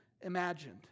imagined